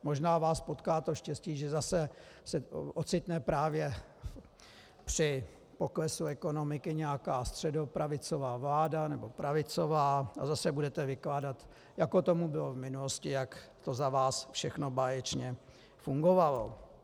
Možná vás potká to štěstí, že se zase ocitne při poklesu ekonomiky nějaká středopravicová nebo pravicová vláda, a zase budete vykládat, jako tomu bylo v minulosti, jak to za vás všechno báječně fungovalo.